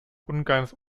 ungarns